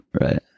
Right